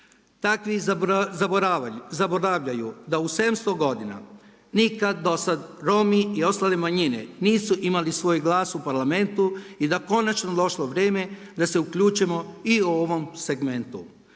Takvi zaboravljaju da u 700 godina nikad dosad Romi i ostale manjine nisu imali svoj glas u parlamentu i da je konačno došlo vrijeme da se uključimo i u ovom segmentu.